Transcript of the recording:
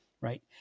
right